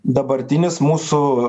dabartinis mūsų